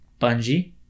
Bungie